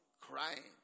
crying